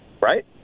right